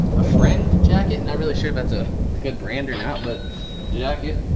a friend jacket and i really should that's a good brand ran out, but jacket,